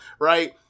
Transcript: right